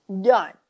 done